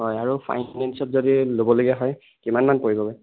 হয় আৰু ফাইনেন্সত যদি ল'বলগীয়া হয় কিমান মান পৰিবগে